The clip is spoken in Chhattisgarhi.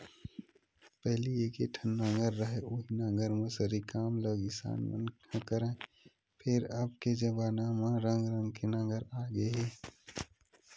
पहिली एके ठन नांगर रहय उहीं नांगर म सरी काम ल किसान मन ह करय, फेर अब के जबाना म रंग रंग के नांगर आ गे हे